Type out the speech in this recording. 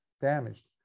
damaged